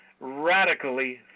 radically